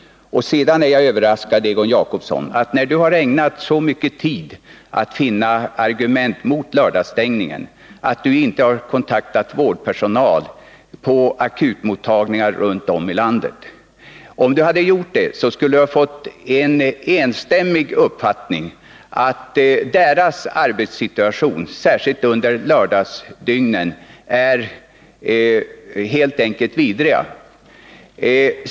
Vidare är jag överraskad över att Egon Jacobsson, som ju har ägnat så mycken tid åt att finna argument mot lördagsstängningen, inte har kontaktat vårdpersonal på akutmottagningarna runt om i landet. Om han hade gjort det, skulle han ha fått ta del av personalens samstämmiga uppfattning, att dess arbetssituation särskilt under lördagsdygnet helt enkelt är vidrig.